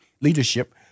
Leadership